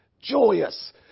joyous